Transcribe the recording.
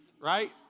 right